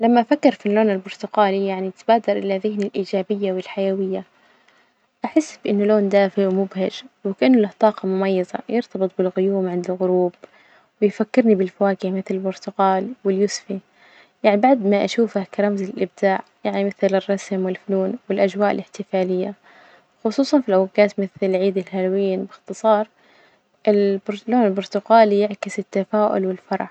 لما أفكر في اللون البرتقالي يعني يتبادر إلى ذهني الإيجابية والحيوية، أحس بإنه لون دافي ومبهج، وكأن له طاقة مميزة، يرتبط بالغيوم عند الغروب، ويفكرني بالفواكه مثل البرتقال واليوسفي، يعني بعد ما أشوفه كرمز للإبداع يعني مثل الرسم والفنون، والأجواء الإحتفالية خصوصا في الأوجات مثل عيد الهالوين، بإختصار ال- اللون البرتقالي يعكس التفاؤل والفرح.